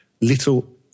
little